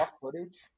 footage